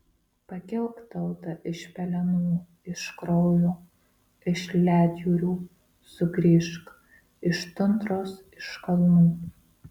pakilk tauta iš pelenų iš kraujo iš ledjūrių sugrįžk iš tundros iš kalnų